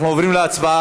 אנחנו עוברים להצבעה.